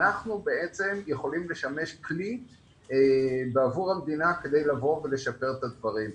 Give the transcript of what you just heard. אנחנו בעצם יכולים לשמש כלי בעבור המדינה כדי לבוא ולשפר את הדברים.